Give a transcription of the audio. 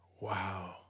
Wow